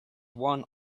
one